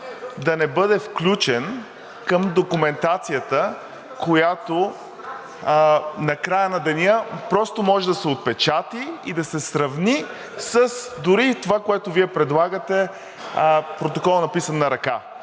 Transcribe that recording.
да не бъде включен към документацията, която на края на деня просто може да се отпечата и да се сравни дори и с това, което Вие предлагате, протокола, написан на ръка?